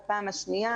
התוכנית.